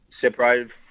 separated